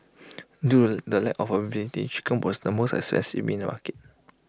due the lack of availability chicken was the most expensive meat in the market